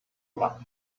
luck